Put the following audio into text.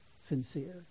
sincere